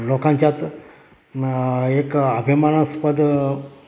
लोकांच्यात न एक अभिमानास्पद